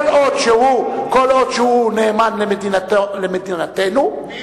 כל עוד שהוא נאמן למדינתנו, מי?